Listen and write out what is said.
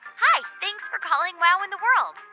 hi. thanks for calling wow in the world.